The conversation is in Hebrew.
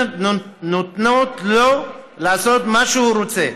ונותנות לו לעשות מה שהוא רוצה.